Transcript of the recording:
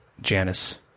Janice